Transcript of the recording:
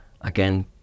Again